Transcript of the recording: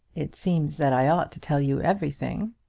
it seems that i ought to tell you everything.